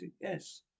yes